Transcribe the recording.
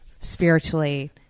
spiritually